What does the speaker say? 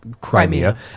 Crimea